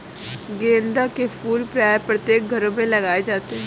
गेंदा के फूल प्रायः प्रत्येक घरों में लगाए जाते हैं